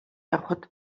явахад